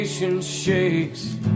Shakes